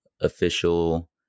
official